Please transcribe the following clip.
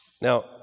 Now